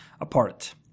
apart